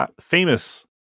famous